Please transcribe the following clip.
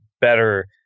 better